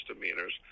misdemeanors